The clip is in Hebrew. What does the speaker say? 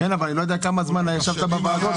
--- אני לא יודע כמה זמן ישבת בוועדות,